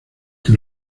que